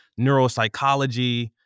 neuropsychology